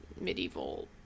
medieval